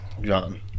John